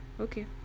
Okay